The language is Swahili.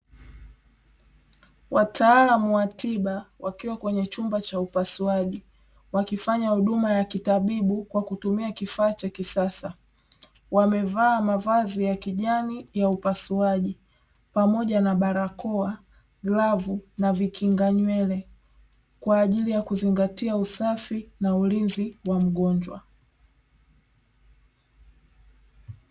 Wataalamu wa tiba wakiwa kwenye chumba cha upasuaji wakifanya huduma ya kitabibu kwa kutumia kifaa cha kisasa. Wamevaa mavazi ya kijani ya upasuaji pamoja na barakoa, glavu na vikinga nywele kwa ajili ya kuzingatia usafi na ulinzi wa mgonjwa.